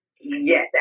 Yes